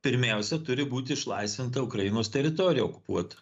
pirmiausia turi būti išlaisvinta ukrainos teritorija okupuota